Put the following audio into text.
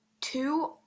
Two